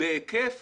בהיקף